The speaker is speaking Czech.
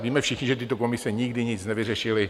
Víme všichni, že tyto komise nikdy nic nevyšetřily.